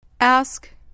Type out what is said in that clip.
Ask